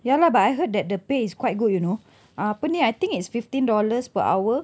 ya lah but I heard that the pay is quite good you know uh apa ni I think it's fifteen dollars per hour